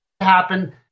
happen